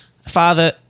Father